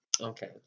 Okay